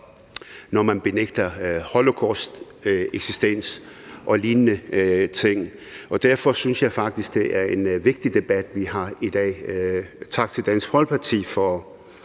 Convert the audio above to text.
når man benægter holocausts eksistens og lignende ting. Derfor synes jeg faktisk, det er en vigtig debat, vi har i dag. Tak til Dansk Folkeparti for